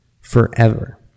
forever